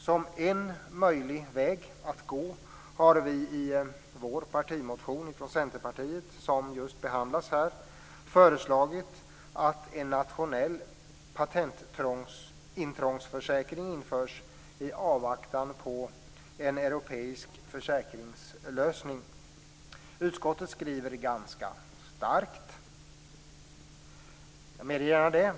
Som en möjlig väg att gå har vi i Centerpartiets partimotion, som behandlas här, föreslagit att en nationell patentintrångsförsäkring införs i avvaktan på en europeisk försäkringslösning. Utskottet skriver ganska starkt - jag medger gärna det.